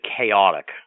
chaotic